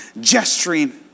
gesturing